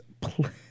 please